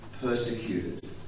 persecuted